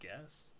Guess